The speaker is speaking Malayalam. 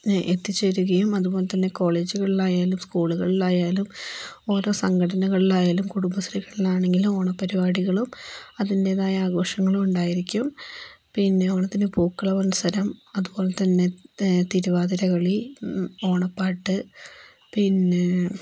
എത്തിച്ചേരുകയും അതുപോലെതന്നെ കോളേജുകളിലായാലും സ്കൂളുകളിലായാലും ഓരോ സംഘടനകളിലായാലും കുടുംബശ്രീകളിലാണെങ്കിലും ഓണപ്പരിപാടികളും അതിൻ്റെതായ ആഘോഷങ്ങളും ഉണ്ടായിരിക്കും പിന്നെ ഓണത്തിനു പൂക്കള മത്സരം അതുപോലെതന്നെ തിരുവാതിരകളി ഓണപ്പാട്ട് പിന്നെ